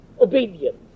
obedience